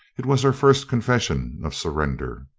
it was her first confession of surrender.